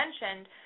mentioned